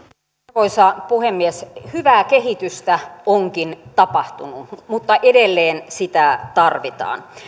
arvoisa puhemies hyvää kehitystä onkin tapahtunut mutta edelleen sitä tarvitaan